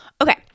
Okay